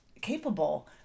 capable